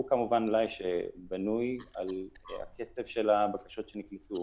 הוא כמובן מלאי שבנוי על קצב הבקשות שנקלטו.